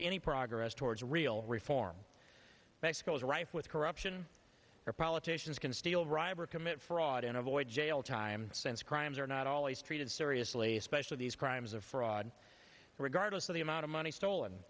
any progress towards real reform mexico is rife with corruption our politicians can steal reiber commit fraud and avoid jail time since crimes are not always treated seriously especially these crimes of fraud regardless of the amount of money stolen